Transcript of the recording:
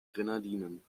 grenadinen